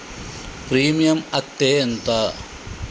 Premium అత్తే ఎంత?